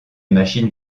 machines